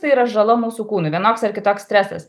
tai yra žala mūsų kūnui vienoks ar kitoks stresas